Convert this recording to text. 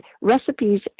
recipes